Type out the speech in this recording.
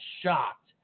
shocked